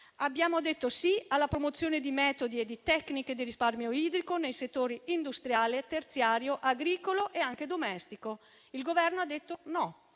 Abbiamo detto sì alla promozione di metodi e di tecniche di risparmio idrico nei settori industriale, terziario, agricolo e anche domestico. Il Governo ha detto no.